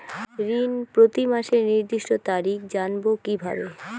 ঋণ প্রতিমাসের নির্দিষ্ট তারিখ জানবো কিভাবে?